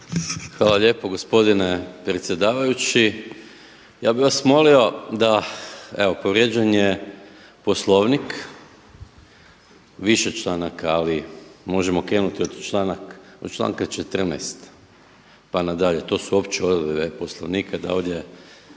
Hvala lijepo gospodine predsjedavajući. Ja bih vas molio da, evo povrijeđen je Poslovnik više članaka ali možemo krenuti od članka 14., pa nadalje, to su opće odredbe Poslovnika da ovdje